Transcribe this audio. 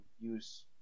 use